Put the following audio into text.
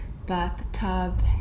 bathtub